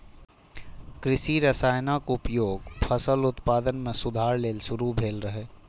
कृषि रसायनक उपयोग फसल उत्पादन मे सुधार लेल शुरू भेल रहै